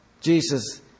Jesus